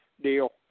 deal